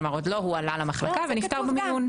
כלומר לא הועלה למחלקה ונפטר במיון.